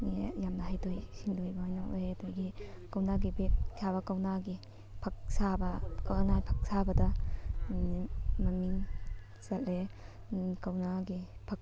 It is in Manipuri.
ꯌꯥꯝꯅ ꯍꯩꯊꯣꯏ ꯁꯤꯡꯊꯣꯏꯕ ꯑꯣꯏꯅ ꯑꯣꯏ ꯑꯗꯒꯤ ꯀꯧꯅꯥꯒꯤ ꯕꯦꯛ ꯁꯥꯕ ꯀꯧꯅꯥꯒꯤ ꯐꯛ ꯁꯥꯕ ꯀꯧꯅꯥꯒꯤ ꯐꯛ ꯁꯥꯕꯗ ꯃꯃꯤꯡ ꯆꯠꯂꯦ ꯀꯧꯅꯥꯒꯤ ꯐꯛ